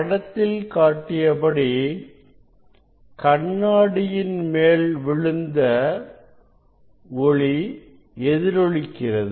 படத்தில் காட்டியபடி கண்ணாடியின் மேல் விழுந்த ஒளி எதிரொலிக்கிறது